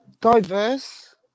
diverse